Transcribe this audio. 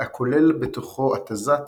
הכולל בתוכו התזת